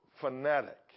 fanatic